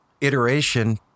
iteration